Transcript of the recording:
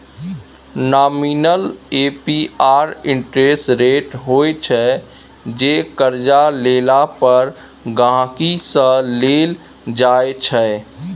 nominal APR interest rate होइ छै जे करजा लेला पर गांहिकी सँ लेल जाइ छै